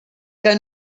que